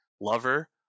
Lover